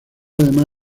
además